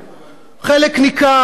חלק ניכר מהבוחרים